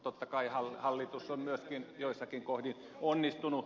totta kai hallitus on myöskin joissakin kohdin onnistunut